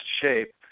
shape